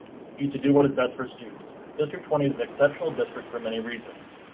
you to do what is best for students. district twenty is and exceptional district for many reasons.